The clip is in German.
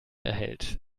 erhält